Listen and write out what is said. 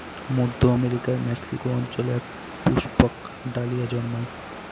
মধ্য আমেরিকার মেক্সিকো অঞ্চলে এক পুষ্পক ডালিয়া জন্মায়